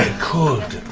could,